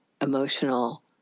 emotional